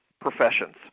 professions